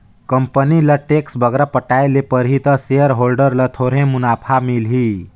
company ल tax बगरा पटाए ले परही ता सेयर होल्डर ल थोरहें मुनाफा मिलही